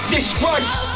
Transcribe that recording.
Disgrace